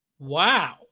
Wow